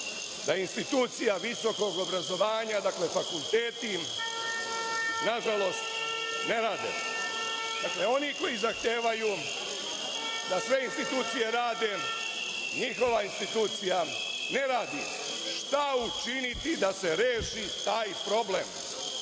da institucije visokog obrazovanja, fakulteti, nažalost, ne rade. Oni koji zahtevaju da sve institucije rade, njihova institucija ne radi. Šta učiniti da se reši taj problem? Moramo